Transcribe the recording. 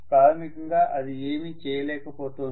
ప్రాథమికంగా అది ఏమి చేయలేకపోతోంది